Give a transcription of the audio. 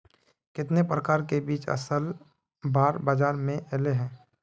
कितने प्रकार के बीज असल बार बाजार में ऐले है?